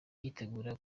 yitegura